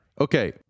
Okay